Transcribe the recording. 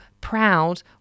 proud